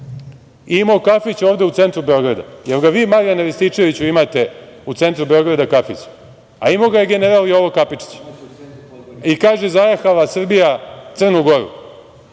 i imao kafić ovde u centru Beograda. Jel ga vi Marijane Rističeviću imate u centru Beograda, kafić, a imao ga je general Jovo Kapičić? I, kaže, zajahala Srbija Crnu Goru.